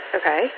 Okay